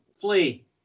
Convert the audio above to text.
Flee